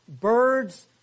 birds